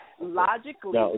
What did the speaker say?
logically